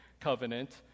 Covenant